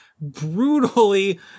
brutally